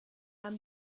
haben